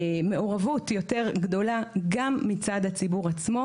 מעורבות יותר גדולה גם מצד הציבור עצמו.